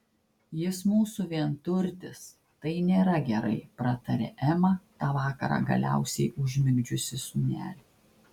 jis mūsų vienturtis tai nėra gerai pratarė ema tą vakarą galiausiai užmigdžiusi sūnelį